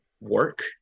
work